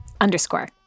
underscore